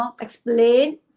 explain